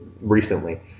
recently